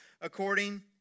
according